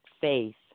faith